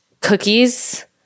cookies